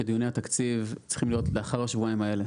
שדיוני התקציב צריכים להיות לאחר השבועיים האלה.